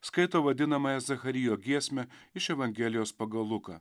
skaito vadinamąją zacharijo giesmę iš evangelijos pagal luką